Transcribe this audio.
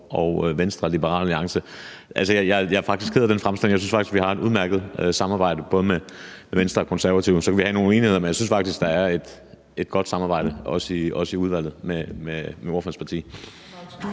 at få statsborgerskab? Altså, jeg er faktisk ked af ordførerens fremstilling – jeg synes faktisk, vi har et udmærket samarbejde, både med Venstre og Konservative. Så kan vi have nogle uenigheder, men jeg synes faktisk, der er et godt samarbejde, også i udvalget, med ordførerens parti.